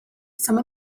some